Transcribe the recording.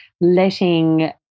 letting